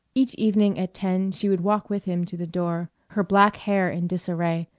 each evening at ten she would walk with him to the door, her black hair in disarray,